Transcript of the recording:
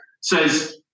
says